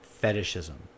Fetishism